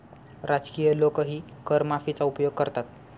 राजकीय लोकही कर माफीचा उपयोग करतात